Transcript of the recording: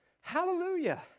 Hallelujah